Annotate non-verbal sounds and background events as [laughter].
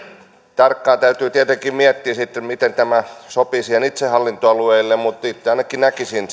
tarkkaan täytyy tietenkin miettiä sitten miten tämä sopii itsehallintoalueille mutta itse ainakin näkisin [unintelligible]